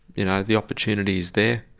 you know, the opportunity is there,